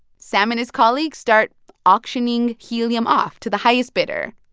sam and his colleagues start auctioning helium off to the highest bidder.